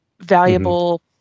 valuable